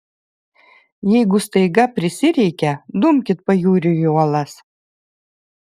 jeigu staiga prisireikia dumkit pajūriu į uolas